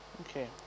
Okay